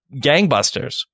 gangbusters